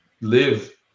live